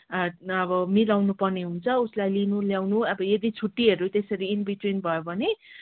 अब मिलाउनुपर्ने हुन्छ उसलाई लिनु ल्याउनु अब यदि छुट्टीहरू त्यसरी इन बिट्विन भयो भने